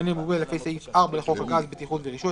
פחמימני מעובה לפי סעיף 4 לחוק הגז (בטיחות ורישוי),